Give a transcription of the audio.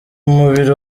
umubiri